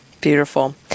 Beautiful